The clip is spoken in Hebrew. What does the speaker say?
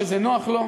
זה נוח לו,